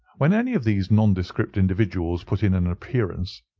when any of these nondescript individuals put in an appearance,